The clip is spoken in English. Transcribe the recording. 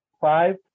five